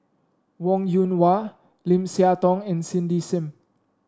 Wong Yoon Wah Lim Siah Tong and Cindy Sim